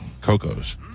Coco's